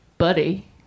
buddy